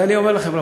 ואני אומר לכם,